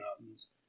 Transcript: mountains